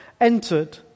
entered